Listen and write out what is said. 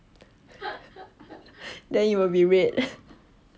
then it will be red